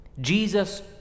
Jesus